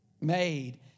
made